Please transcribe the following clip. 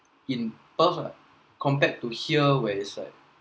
in perth lah compared to here where it's like